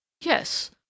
Yes